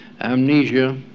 amnesia